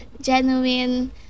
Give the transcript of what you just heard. Genuine